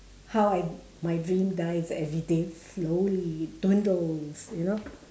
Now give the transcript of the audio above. how I my dream dies everyday slowly dwindles you know